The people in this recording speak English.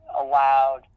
allowed